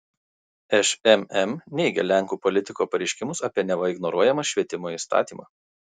šmm neigia lenkų politiko pareiškimus apie neva ignoruojamą švietimo įstatymą